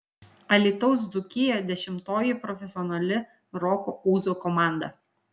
alytaus dzūkija dešimtoji profesionali roko ūzo komanda